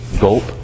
Gulp